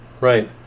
right